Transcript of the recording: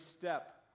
step